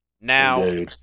Now